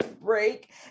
break